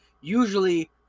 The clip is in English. usually